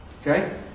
okay